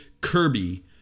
Kirby